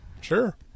sure